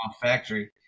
factory